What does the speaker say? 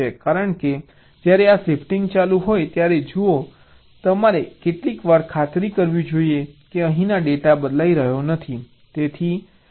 કારણ કે જ્યારે આ શિફ્ટિંગ ચાલુ હોય ત્યારે જુઓ તમારે કેટલીકવાર ખાતરી કરવી જોઈએ કે અહીંનો ડેટા બદલાઈ રહ્યો નથી